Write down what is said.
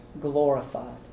glorified